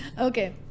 Okay